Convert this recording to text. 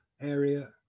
area